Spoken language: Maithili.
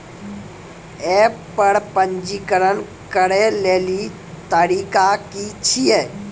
एप्प पर पंजीकरण करै लेली तरीका की छियै?